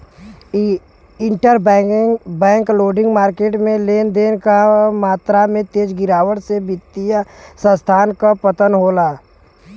interbank lending market में लेन देन क मात्रा में तेज गिरावट से वित्तीय संस्थान क पतन होला